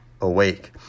awake